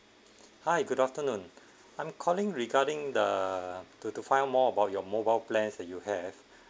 hi good afternoon I'm calling regarding the to to find out more about your mobile plans that you have